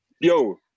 Yo